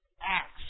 Acts